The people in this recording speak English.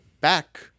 back